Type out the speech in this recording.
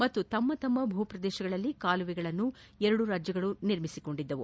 ಮತ್ತು ತಮ್ಮ ಭೂ ಪ್ರದೇಶಗಳಲ್ಲಿ ಕಾಲುವೆಗಳನ್ನು ಎರಡೂ ರಾಜ್ಯಗಳು ನಿರ್ಮಿಸಿಕೊಂಡಿದ್ದವು